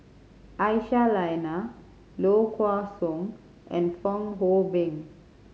Aisyah Lyana Low Kway Song and Fong Hoe Beng